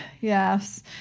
Yes